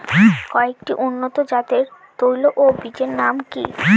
কয়েকটি উন্নত জাতের তৈল ও বীজের নাম কি কি?